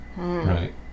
Right